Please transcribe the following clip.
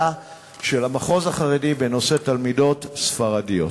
של המחוז החרדי בנושא תלמידות ספרדיות?